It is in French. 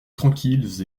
tranquilles